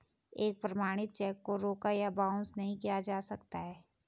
एक प्रमाणित चेक को रोका या बाउंस नहीं किया जा सकता है